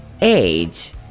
Age